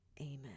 Amen